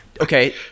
Okay